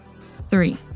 Three